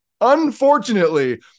unfortunately